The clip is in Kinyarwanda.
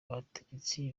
abategetsi